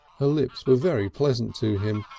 her lips were very pleasant to him,